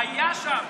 היה שם,